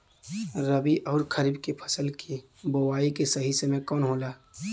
रबी अउर खरीफ के फसल के बोआई के सही समय कवन होला?